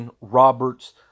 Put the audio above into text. Roberts